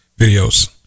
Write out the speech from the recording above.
videos